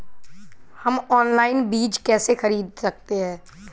हम ऑनलाइन बीज कैसे खरीद सकते हैं?